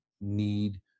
need